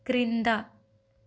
క్రింద